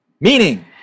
meaning